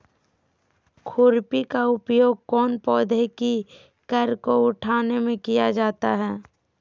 खुरपी का उपयोग कौन पौधे की कर को उठाने में किया जाता है?